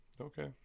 Okay